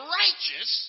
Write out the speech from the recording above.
righteous